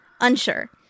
unsure